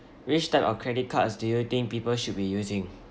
which type of credit cards do you think people should be using